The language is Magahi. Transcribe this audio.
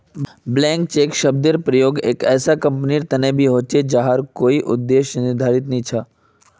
ब्लैंक चेक शब्देर प्रयोग एक ऐसा कंपनीर तने भी ह छे जहार कोई उद्देश्य निर्धारित नी छ